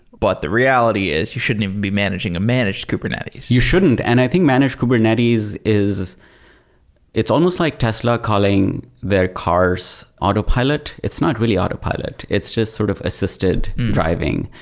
but the reality is you shouldn't be managing a managed kubernetes you shouldn't, and i think managed kubernetes is it's almost like tesla calling their cars autopilot. it's not really autopilot. it's just sort of assisted driving,